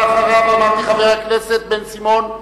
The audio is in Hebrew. אמרתי שהבא אחריו הוא חבר הכנסת בן-סימון,